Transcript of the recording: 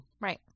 right